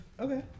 Okay